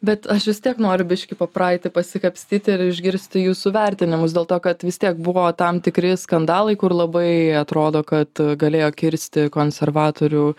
bet aš vis tiek noriu biškį po praeitį pasikapstyt ir išgirsti jūsų vertinimus dėl to kad vis tiek buvo tam tikri skandalai kur labai atrodo kad galėjo kirsti konservatorių